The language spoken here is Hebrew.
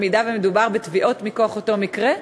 אם מדובר בתביעות מכוח אותו מקרה,